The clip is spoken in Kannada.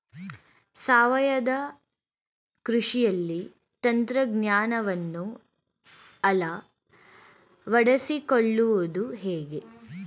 ಸಾವಯವ ಕೃಷಿಯಲ್ಲಿ ತಂತ್ರಜ್ಞಾನವನ್ನು ಅಳವಡಿಸಿಕೊಳ್ಳುವುದು ಹೇಗೆ?